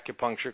acupuncture